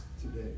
today